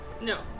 No